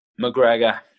McGregor